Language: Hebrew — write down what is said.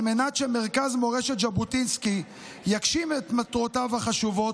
על מנת שמרכז מורשת ז'בוטינסקי יגשים את מטרותיו החשובות,